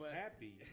happy